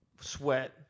sweat